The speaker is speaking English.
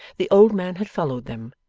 the old man had followed them,